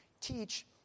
Teach